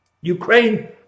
Ukraine